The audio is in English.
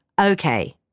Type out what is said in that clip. okay